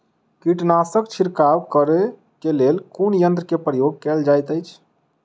कीटनासक छिड़काव करे केँ लेल कुन यंत्र केँ प्रयोग कैल जाइत अछि?